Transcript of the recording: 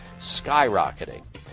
skyrocketing